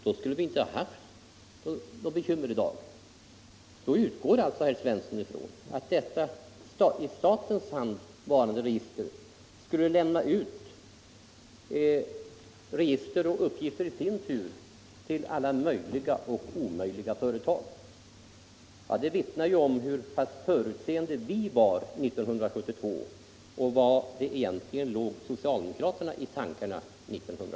Då utgår väl herr Svensson från att detta i statens hand varande register i sin tur skulle lämna ut uppgifter till alla möjliga och omöjliga företag. Det vittnar om hur pass förutseende vi var 1972 och vad som då egentligen låg socialdemokraterna i tankarna.